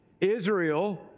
Israel